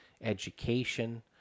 education